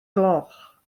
gloch